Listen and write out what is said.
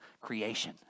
creation